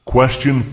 Question